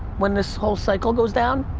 when this whole cycle goes down,